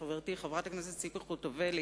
חברתי חברת הכנסת ציפי חוטובלי,